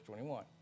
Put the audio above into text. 21